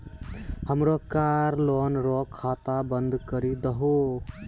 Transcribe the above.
हमरो car loan रो खाता बंद करी दहो